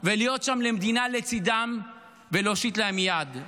להיות שם כמדינה לצידם ולהושיט להם יד.